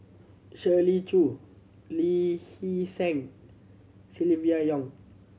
Shirley Chew Lee Hee Seng Silvia Yong